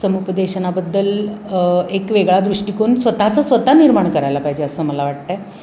समुपदेशनाबद्दल एक वेगळा दृष्टिकोन स्वतःचं स्वतः निर्माण करायला पाहिजे असं मला वाटतं आहे